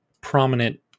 prominent